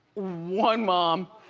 one mom,